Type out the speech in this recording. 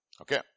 Okay